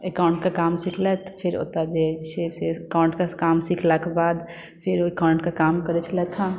account के काम सिखलथि आ फेर ओतऽ जे छै से अकाउण्ट क काम सिखलाक बाद फेर ओहि अकाउण्टके काम करै छलथि हँ